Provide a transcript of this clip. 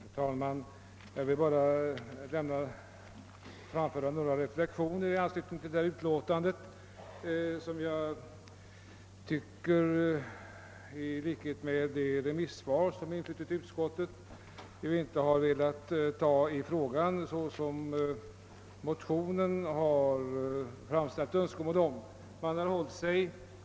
Herr talman! Jag vill bara framföra några reflektioner i anslutning till detta utlåtande som innebär att utskottet i likhet med de remissinstanser som yttrat sig inte velat tillmötesgå de önskemål som framställts i motionen.